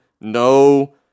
no